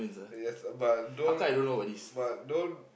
yes but don't but don't